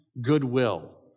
goodwill